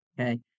Okay